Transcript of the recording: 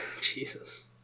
Jesus